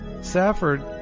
Safford